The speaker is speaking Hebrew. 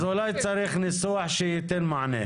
אז אולי צריך ניסוח שייתן מענה.